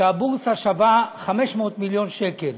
שהבורסה שווה 500 מיליון שקל,